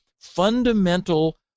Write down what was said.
fundamental